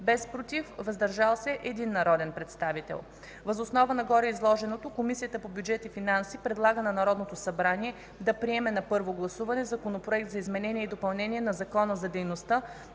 без ,.против”, „въздържал се” 1 народен представител. Въз основа на гореизложеното Комисията по бюджет и финанси предлага на Народното събрание да приеме на първо гласуване Законопроект за изменение и допълнение на Закона за дейността